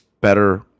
better